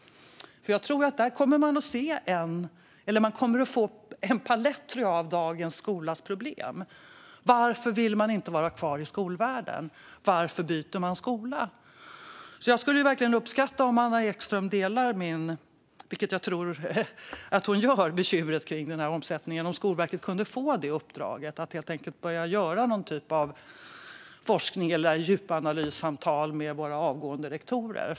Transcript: Jag tror att det skulle visa en palett över problemen i dagens skola. Varför vill man inte vara kvar i skolvärlden? Varför byter man skola? Jag uppskattar att Anna Ekström delar mina bekymmer kring omsättningen och vill fråga om Skolverket helt enkelt kunde få uppdraget att börja göra någon typ av forskning eller djupanalyssamtal med våra avgående rektorer.